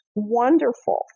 wonderful